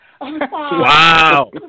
Wow